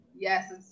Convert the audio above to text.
Yes